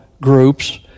groups